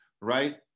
right